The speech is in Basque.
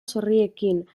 zorriekin